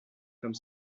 comme